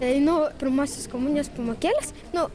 einu pirmosios komunijos pamokėles nu